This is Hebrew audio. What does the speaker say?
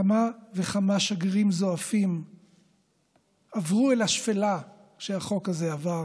כמה וכמה שגרירים זועפים עברו אל השפלה כשהחוק הזה עבר,